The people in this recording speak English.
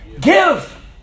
Give